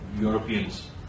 Europeans